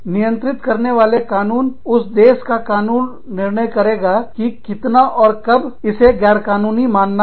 नियंत्रित करने वाले कानून उस देश का कानून निर्णय करेगा कि कितना और कब इसे गैर कानूनी मानना है